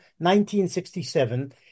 1967